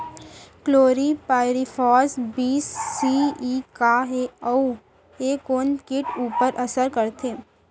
Chlorpyrifos बीस CE का हे अऊ ए कोन किट ऊपर असर करथे?